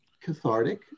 cathartic